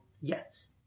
Yes